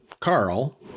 Carl